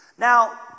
Now